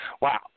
Wow